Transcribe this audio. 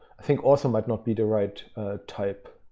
i think also might not be the right type.